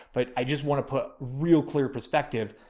but i just want to put real clear perspective.